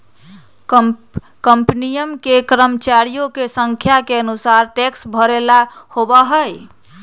कंपनियन के कर्मचरिया के संख्या के अनुसार टैक्स भरे ला होबा हई